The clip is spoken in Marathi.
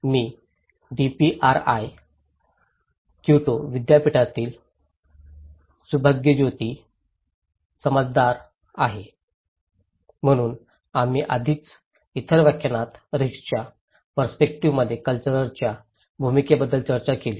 मी डीपीआरआय क्योटो विद्यापीठातील सुभाज्योती समद्दार आहे म्हणून आम्ही आधीच इतर व्याख्यानात रिस्कच्या पर्स्पेक्टिव्हमध्ये कॅल्चरलच्या भूमिकेबद्दल चर्चा केली